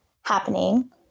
happening